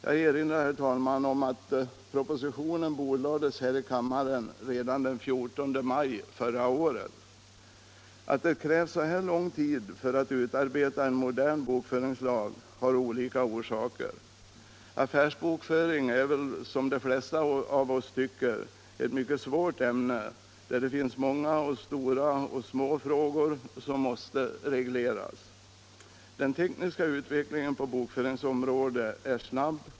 Jag erinrar, herr talman, om att propositionen bordlades i kammaren redan den 14 maj förra året. Att det krävts så lång tid för att utarbeta en modern bokföringslag har olika orsaker. Affärsbokföring är väl, som de flesta av oss tycker, ett mycket svårt ämne, där det finns många både stora och små frågor som måste regleras. Den tekniska utvecklingen på bokföringens område är snabb.